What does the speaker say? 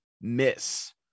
miss